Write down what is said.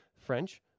French